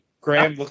Graham